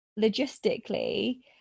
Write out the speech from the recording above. logistically